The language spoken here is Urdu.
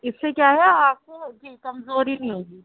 اس سے کیا ہے آپ کو جی کمزوری نہیں ہوگی